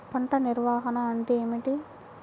పంట నిర్వాహణ అంటే ఏమిటి?